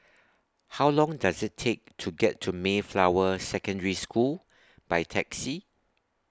How Long Does IT Take to get to Mayflower Secondary School By Taxi